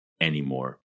anymore